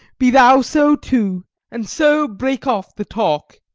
be thou so too and so break off the talk,